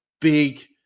Big